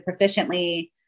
proficiently